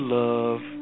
love